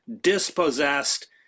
dispossessed